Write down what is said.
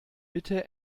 bitte